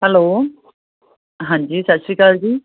hello ਹਾਂਜੀ ਸਤਿ ਸ਼੍ਰੀ ਅਕਾਲ ਜੀ